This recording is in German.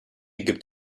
gibt